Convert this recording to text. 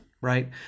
right